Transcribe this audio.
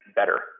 better